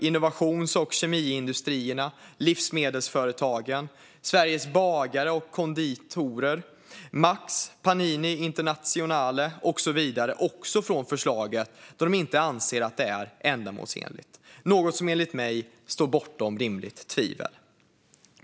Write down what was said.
Innovations och kemiindustrierna i Sverige, Livsmedelsföretagen, Sveriges bagare & konditorer, Max, Panini Internazionale med flera avstyrker också förslaget, då de anser att det inte är ändamålsenligt - något som enligt mig står bortom rimligt tvivel.